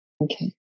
Okay